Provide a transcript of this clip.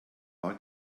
war